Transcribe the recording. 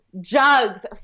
jugs